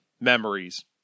memories